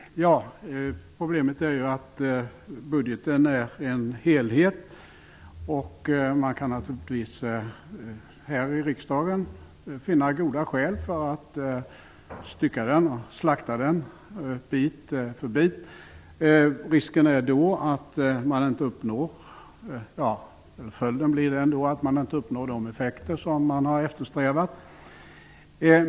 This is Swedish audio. Fru talman! Problemet är ju att budgeten är en helhet. Man kan naturligtvis här i riksdagen finna goda skäl för att slakta och stycka upp den bit för bit. Följden blir ändå att man inte uppnår de effekter som man har eftersträvat.